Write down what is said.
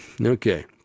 Okay